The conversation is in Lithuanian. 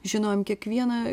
žinojom kiekvieną